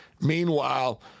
Meanwhile